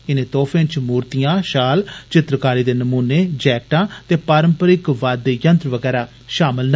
इनें तोहफे च मूर्तियां षाल चित्रकारी दे नमूने जैकटां ते पारम्परिक वाद्य यंत्र बगैहरा षामल न